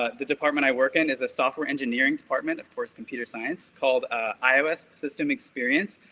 ah the department i work in is a software engineering department, of course computer science called ah ios system experience.